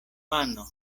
mano